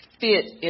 fit